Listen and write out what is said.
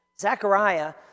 Zechariah